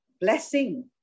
blessing